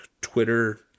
Twitter